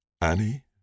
Annie